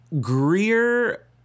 Greer